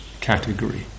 category